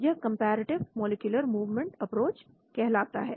यह comparative molecular movement approach कहलाता है